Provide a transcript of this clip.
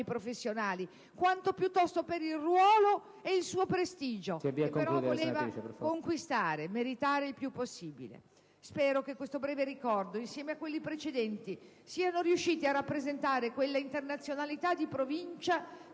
professionali), quanto piuttosto per il ruolo e il suo prestigio che però voleva conquistare, meritare il più possibile. Spero che questo breve ricordo, insieme a quelli precedenti, sia riuscito a rappresentare quella internazionalità di provincia